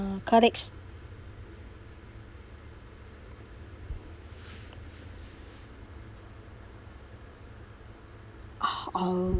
uh colleagues oh oh